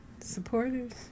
supporters